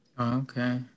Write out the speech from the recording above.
Okay